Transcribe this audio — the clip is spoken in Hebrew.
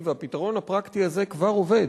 פרקטי, והפתרון הפרקטי הזה כבר עובד.